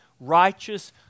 righteous